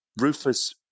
Rufus